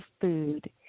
food